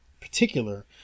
particular